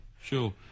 sure